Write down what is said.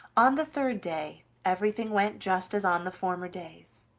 on the third day everything went just as on the former days.